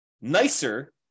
nicer